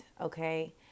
Okay